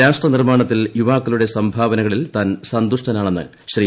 രാഷ്ട്ര നിർമ്മാണത്തിൽ യുവാക്കളുടെ സംഭാവനകളിൽ താൻ സന്തുഷ്ടനാണെന്ന് ശ്രീ